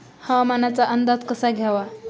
हवामानाचा अंदाज कसा घ्यावा?